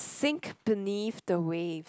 think beneath the waves